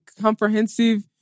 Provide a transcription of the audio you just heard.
Comprehensive